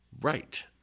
Right